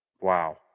Wow